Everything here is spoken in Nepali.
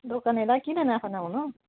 दोकानेलाई किन नाफा नहुनु